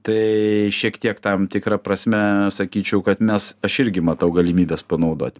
tai šiek tiek tam tikra prasme sakyčiau kad mes aš irgi matau galimybes panaudot